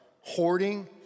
hoarding